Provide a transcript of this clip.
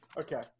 Okay